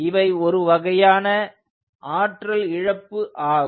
இவை ஒரு வகையான ஆற்றல் இழப்பு ஆகும்